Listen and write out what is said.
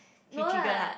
he trigger lah